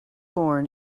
born